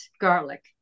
garlic